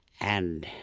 and,